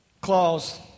clause